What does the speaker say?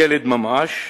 ילד ממש,